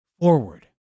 forward